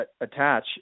attach